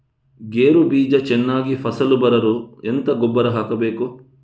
ಗೇರು ಬೀಜ ಚೆನ್ನಾಗಿ ಫಸಲು ಬರಲು ಎಂತ ಗೊಬ್ಬರ ಹಾಕಬೇಕು?